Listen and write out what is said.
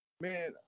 Man